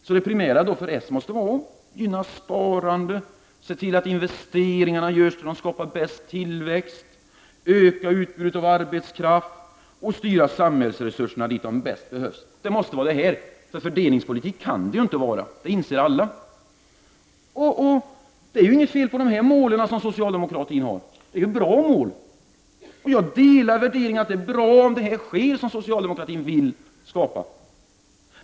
Så det primära för socialdemokraterna måste vara att gynna sparande, se till att investeringar görs där de skapar bäst tillväxt, öka utbudet av arbetskraft och styra samhällsresurserna dit där de bäst behövs. Det måste vara vad som gäller, för fördelningspolitik kan det inte vara, det inser alla. Det är inget fel på dessa mål, de är bra. Jag delar värderingarna att det är bra om det som socialdemokraterna vill skapa sker.